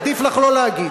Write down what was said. עדיף לך לא להגיד.